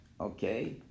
Okay